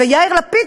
ויאיר לפיד,